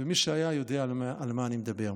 ומי שהיה יודע על מה אני מדבר: